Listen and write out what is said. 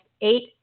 eight